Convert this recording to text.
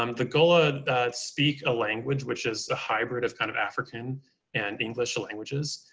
um the gulla speak a language, which is a hybrid of kind of african and english languages.